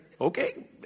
okay